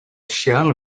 shall